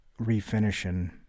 refinishing